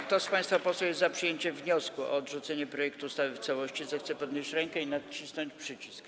Kto z państwa posłów jest za przyjęciem wniosku o odrzucenie projektu ustawy w całości, zechce podnieść rękę i nacisnąć przycisk.